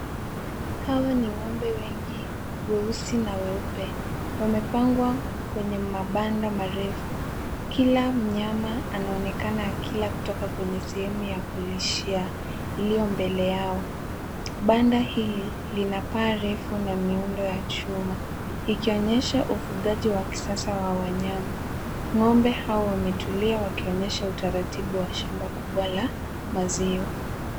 Hawa ni ng'ombe wengi, weusi na weupe. Wamepangwa kwenye mabanda marefu. Kila mnyama anaonekana akila kutoka kwenye sehemu ya kulishia, iliyo mbele yao. Banda hili, lina paa refu na miundo ya chuma. Ikionyesha ufugaji wa kisasa wa wanyama. Ng'ombe hao wametulia wakionyesha utaratibu wa shamba kubwa la maziwa.